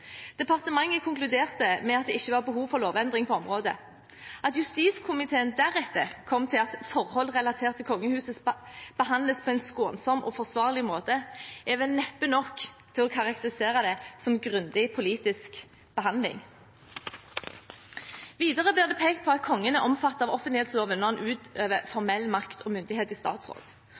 Departementet konkluderte med at det ikke var behov for lovendring på området. At justiskomiteen deretter kom til at forhold relatert til kongehuset behandles på en skånsom og forsvarlig måte, er vel neppe nok til å karakterisere det som grundig politisk behandling. Videre blir det pekt på at kongen er omfattet av offentlighetsloven når han utøver formell makt og myndighet i statsråd.